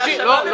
לא,